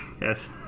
Yes